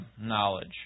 knowledge